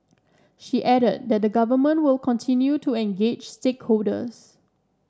she added that the Government will continue to engage stakeholders